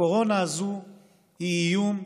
הקורונה הזאת היא איום,